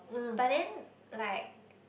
but then like